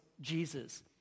Jesus